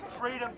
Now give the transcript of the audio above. freedom